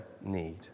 need